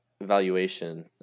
Valuation